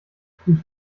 fuß